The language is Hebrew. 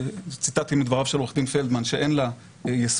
ציטטתי מדבריו של עו"ד פלדמן שאין לה יסוד.